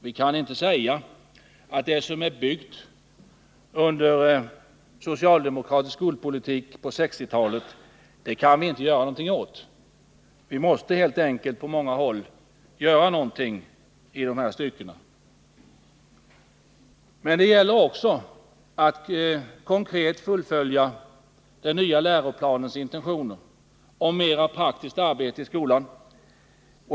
Vi kan inte säga att vi inget kan göra åt det som är byggt under den tid då det bedrevs socialdemokratisk skolpolitik. Vi måste helt enkelt på många håll göra någonting i dessa stycken. Men det gäller också att konkret fullfölja den nya läroplanens intentioner om mer praktiskt arbete i skolan.